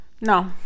no